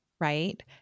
right